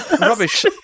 Rubbish